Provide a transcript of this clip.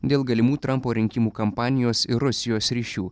dėl galimų trampo rinkimų kampanijos ir rusijos ryšių